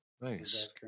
Nice